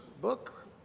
book